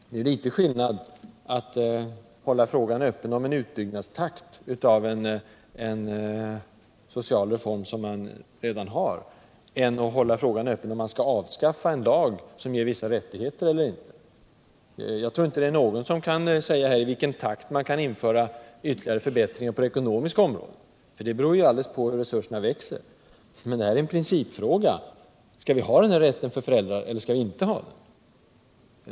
Det är skillnad på att hålla öppen frågan om utbyggnadstakten av en social reform som man redan har och att hålla öppen frågan om man skall avskaffa elter inte avskaffa cn lag som ger vissa rättigheter. Jag tror inte att någon kan säga i vilken takt man kan införa ytterligare förbättringar på det ekonomiska området. Det beror ju helt på hur resurserna växer. Men här är det en principfråga: Skall vi ha den här rätten för föräldrar eller inte?